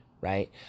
right